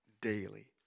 daily